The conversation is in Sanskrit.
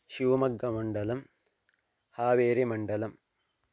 शिवमोग्गमण्डलं हावेरिमण्डलम्